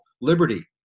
liberty